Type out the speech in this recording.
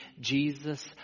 Jesus